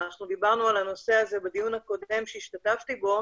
אנחנו דיברנו על הנושא הזה בדיון הקודם שהשתתפתי בו